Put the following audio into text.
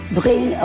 bring